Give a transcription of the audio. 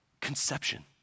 conception